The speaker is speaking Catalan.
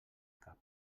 cap